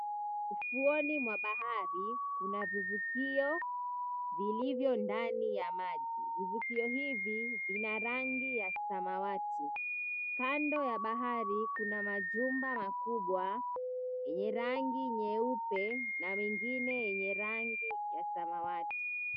Ufuoni mwa bahari kuna vivukio vilivyo ndani ya maji, vivukio hivi vina rangi ya samawati. Kando ya bahari kuna majumba makubwa yenye rangi nyeupe na mengine yenye rangi ya samawati.